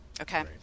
Okay